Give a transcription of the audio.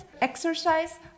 exercise